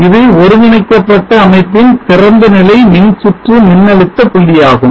இது ஒருங்கிணைக்கப்பட்ட அமைப்பின் திறந்தநிலை மின்சுற்று மின்னழுத்த புள்ளியாகும்